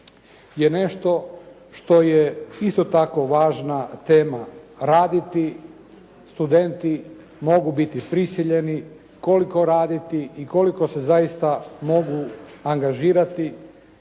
je nešto što je isto tako važna tema, raditi studenti mogu biti prisiljeni koliko raditi i koliko se zaista mogu angažirati